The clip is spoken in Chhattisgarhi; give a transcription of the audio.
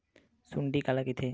सुंडी काला कइथे?